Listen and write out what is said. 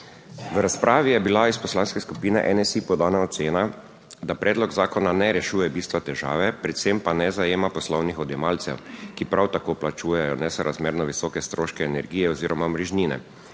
V razpravi je bila iz Poslanske skupine NSi podana ocena, da predlog zakona ne rešuje bistva težave, predvsem pa ne zajema poslovnih odjemalcev, ki prav tako plačujejo nesorazmerno visoke stroške energije oziroma omrežnine.